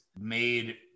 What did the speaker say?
made